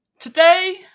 Today